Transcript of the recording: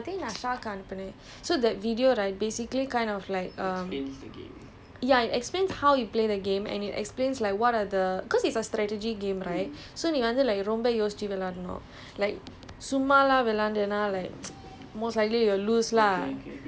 அவன் ஒரு:avan oru video அனுப்பினான் பார்த்தியா:anuppinaan paartthiyaa eh நான் உன்கிட்ட அனுப்பிலையா:naan unkitta anuppilaiyaa oh I think நான்:naan sha க்கு அனுப்பினேன்:kku anuppinen so that video right basically kind of like err ya it explains how you play the game and it explains like what are the cause it's a strategy game right so நீ வந்து:ni vanthu like ரொம்ப யோசித்து விளையாடனும்:romba yosittu vilayaadanum